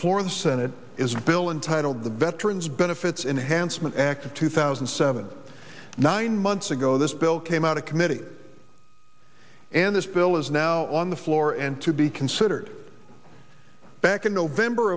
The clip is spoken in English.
floor of the senate is bill and titled the veterans benefits enhanced men act of two thousand and seven nine months ago this bill came out of committee and this bill is now on the floor and to be considered back in november